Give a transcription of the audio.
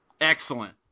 Excellent